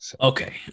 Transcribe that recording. Okay